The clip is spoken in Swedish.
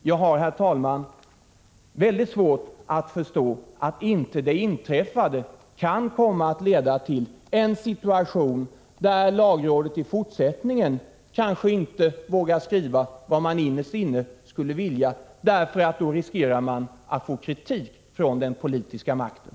Jag har, herr talman, mycket svårt att förstå att det inträffade inte kan komma att leda till en situation där lagrådet i fortsättningen kanske inte vågar skriva vad man innerst inne skulle vilja, därför att man då riskerar att få kritik från den politiska makten.